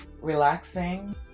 relaxing